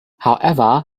however